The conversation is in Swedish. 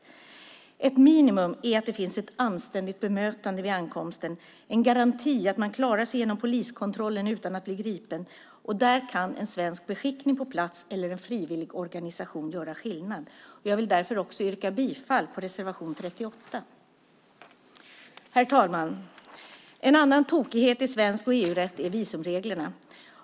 Ett minimum är att det finns ett anständigt bemötande vid ankomsten, en garanti för att man klarar sig genom poliskontrollen utan att bli gripen. Där kan en svensk beskickning på plats eller en frivilligorganisation göra skillnad. Jag yrkar därför bifall också till reservation 38. Herr talman! En annan tokighet i svensk rätt och EU-rätt är visumreglerna.